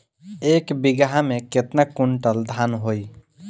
एक बीगहा में केतना कुंटल धान होई?